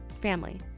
family